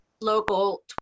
Local